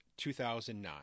2009